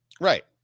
Right